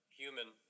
human